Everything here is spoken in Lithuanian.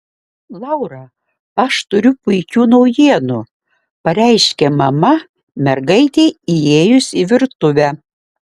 laura aš turiu puikių naujienų pareiškė mama mergaitei įėjus į virtuvę